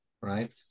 Right